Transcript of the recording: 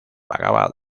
pagaba